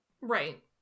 right